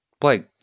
Blake